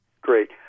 Great